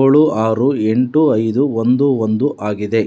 ಏಳು ಆರು ಎಂಟು ಐದು ಒಂದು ಒಂದು ಆಗಿದೆ